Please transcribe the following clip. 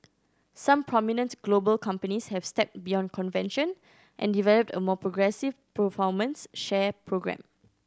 some prominent global companies have stepped beyond convention and developed a more progressive performance share programme